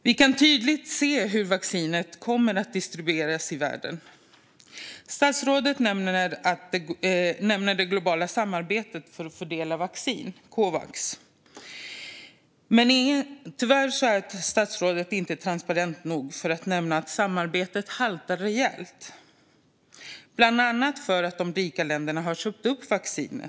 Vi kan tydligt se hur vaccinet kommer att distribueras i världen. Statsrådet nämner det globala samarbetet för att fördela vaccin, Covax. Men tyvärr är statsrådet inte transparent nog för att nämna att samarbetet haltar rejält. Det är bland annat för att de rika länderna har köpt upp vaccinet.